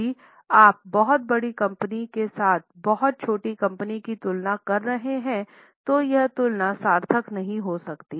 यदि आप बहुत बड़ी कंपनी के साथ बहुत छोटी कंपनी की तुलना कर रहे हैं तो यह तुलना सार्थक नहीं हो सकती